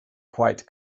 quite